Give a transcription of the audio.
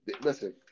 listen